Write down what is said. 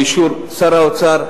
באישור שר האוצר.